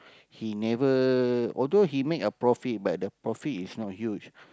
he never although he made a profit but the profit is not huge